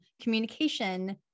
communication